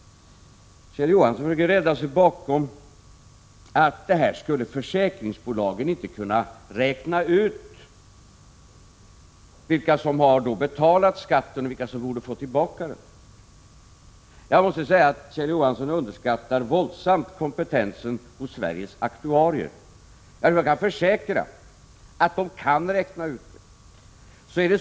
Kjell Johansson försöker rädda sig bakom att försäkringsbolagen inte skulle kunna räkna ut vilka som har betalat skatten och vilka som borde få tillbaka den. Jag måste säga att Kjell Johansson våldsamt underskattar kompetensen hos Sveriges aktuarier. Jag kan försäkra att dessa kan räkna ut det.